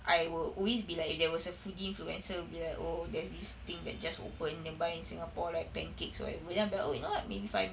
I will always be like if there was a foodie influencer will be like oh there's this thing that just opened nearby in singapore like pancakes or whatever then I'll be like no lah I mean if I'm